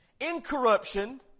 Incorruption